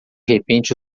repente